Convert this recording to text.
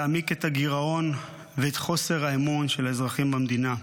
יעמיק את הגירעון ואת חוסר האמון של האזרחים במדינה,